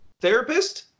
therapist